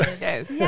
Yes